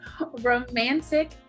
Romantic